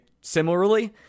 similarly